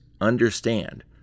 understand